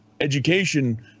Education